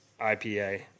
IPA